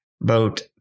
boat